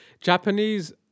japanese